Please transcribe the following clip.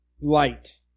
Light